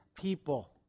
people